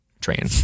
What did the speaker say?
Train